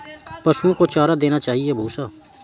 पशुओं को चारा देना चाहिए या भूसा?